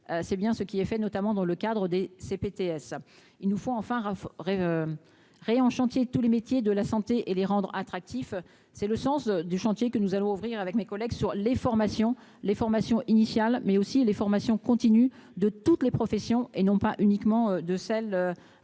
c'est bien ce qui est fait, notamment dans le cadre des C Pts il nous faut enfin rayon chantier tous les métiers de la santé et les rendre attractif, c'est le sens du chantier que nous allons ouvrir avec mes collègues sur les formations, les formations initiales, mais aussi les formations continues de toutes les professions et non pas uniquement de celle